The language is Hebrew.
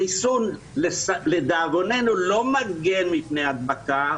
החיסון לדאבוננו לא מגן מפני הדבקה,